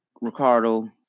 Ricardo